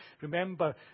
Remember